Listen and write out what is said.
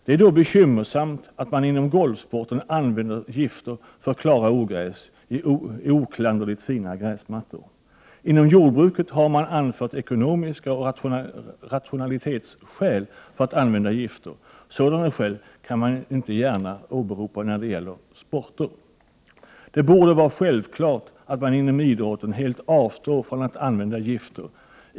Det är då bekymmersamt att man inom golfsporten använder gifter för att klara ogräs på oklanderligt fina gräsmattor. Inom jordbruket har man anfört ekonomiska och rationalistiska skäl för att använda gifter. Sådana skäl kan man inte gärna åberopa när det gäller sport. Det borde vara självklart att man inom idrotten helt skulle avstå från att använda gifter.